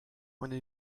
meine